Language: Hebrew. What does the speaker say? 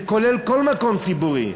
זה כולל כל מקום ציבורי.